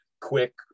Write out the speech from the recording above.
quick